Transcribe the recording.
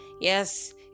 Yes